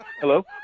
Hello